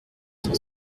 cent